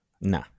Nah